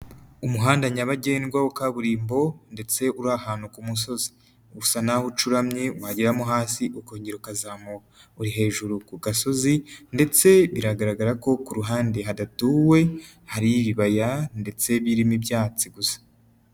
Umuhanda nyabagendwa wa kaburimbo ndetse uri ahantu ku musozi. Usa naho ucuramye, wageramo hasi ukongera ukazamuka. Uri hejuru ku gasozi ndetse biragaragara ko ku ruhande hadatuwe hari ibibaya ndetse birimo ibyatsi gusa.